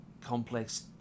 complex